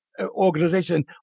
organization